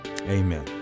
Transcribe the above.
Amen